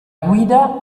guida